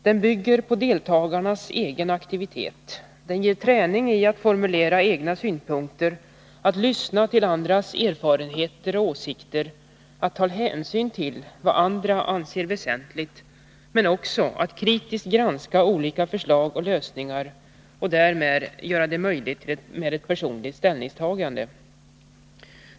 Den bygger på deltagarnas egen aktivitet. Den ger träning i att formulera egna synpunkter, att lyssna till andras erfarenheter och åsikter, att ta hänsyn till vad andra anser väsentligt men också att kriktiskt granska olika förslag och lösningar och därmed möjliggöra ett personligt ställningstagande.